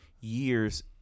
years